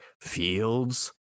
Fields